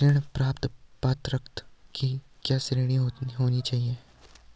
ऋण प्राप्त पात्रता की क्या श्रेणी होनी चाहिए?